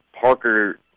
Parker